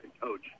coach